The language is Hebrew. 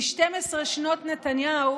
ב-12 שנות נתניהו